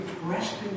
resting